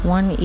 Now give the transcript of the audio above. One